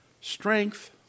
Strength